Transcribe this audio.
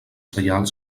saial